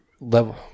level